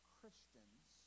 Christians